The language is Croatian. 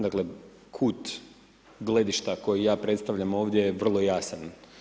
Dakle kut gledišta koji ja predstavljam ovdje je vrlo jasan.